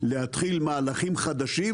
להתחיל מהלכים חדשים,